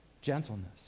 gentleness